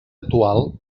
actual